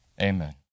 Amen